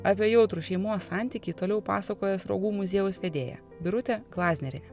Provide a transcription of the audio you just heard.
apie jautrų šeimos santykį toliau pasakojo sruogų muziejaus vedėja birutė glaznerienė